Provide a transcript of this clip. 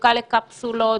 בחלוקה לקפסולות,